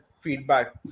feedback